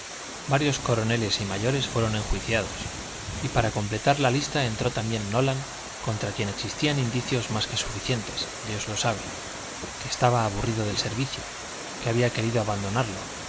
varios coroneles y mayores fueron enjuiciados y para completar la lista entró también nolan contra quien existían indicios más que suficientes dios lo sabe que estaba aburrido del servicio que había querido abandonarlo